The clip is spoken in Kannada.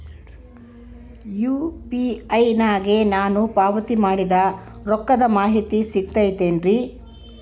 ಯು.ಪಿ.ಐ ನಾಗ ನಾನು ಪಾವತಿ ಮಾಡಿದ ರೊಕ್ಕದ ಮಾಹಿತಿ ಸಿಗುತೈತೇನ್ರಿ?